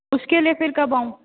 उसके लिए फिर कब आऊँ